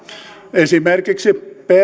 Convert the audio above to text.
esimerkiksi